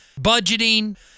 budgeting